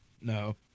No